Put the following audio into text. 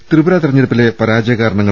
ത്രിപുര തെരഞ്ഞെടുപ്പിലെ പ്രാജയ കാരണങ്ങൾ